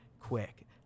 quick